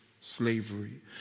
slavery